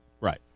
Right